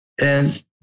And-